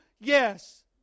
Yes